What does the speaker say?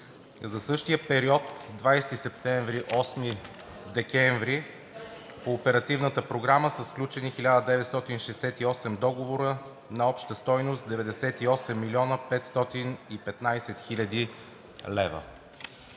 За същия период, 20 септември – 8 декември, по Оперативната програма са сключени 1968 договора на обща стойност 98 млн. 515 хил. лв.